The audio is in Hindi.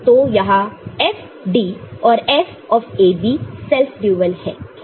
तो यह F D और यह F AB सेल्फ ड्यूल है